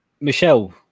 Michelle